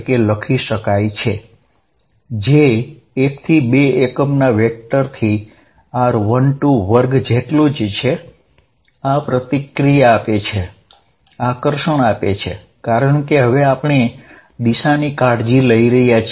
આ અપાકર્ષણ આપે છે આકર્ષણ આપે છે કારણ કે હવે આપણે દિશાની કાળજી લઈ રહ્યા છીએ